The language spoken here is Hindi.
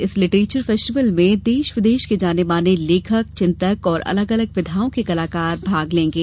इस लिटरेचर फेस्टिवल में देश विदेश के जाने माने लेखक चिंतक और अलग अलग विधाओं के कलाकार भाग लेंगे